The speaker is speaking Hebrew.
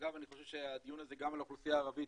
ואגב אני חושב שהדיון הזה גם על האוכלוסייה הערבית,